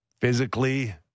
physically